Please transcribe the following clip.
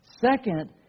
Second